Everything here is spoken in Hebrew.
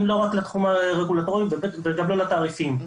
לא רק לתחום הרגולטורי וגם לא לתעריפים.